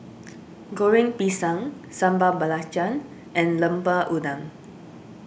Goreng Pisang Sambal Belacan and Lemper Udang